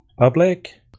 Public